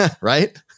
Right